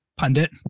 Pundit